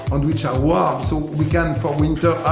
on which i want, so we can for winter